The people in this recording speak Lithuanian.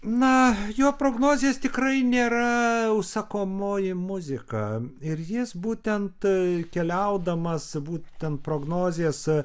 na jo prognozės tikrai nėra užsakomoji muzika ir jis būtent keliaudamas būtent prognozės